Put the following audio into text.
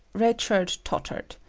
red shirt tottered.